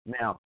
now